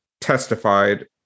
testified